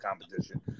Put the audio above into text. competition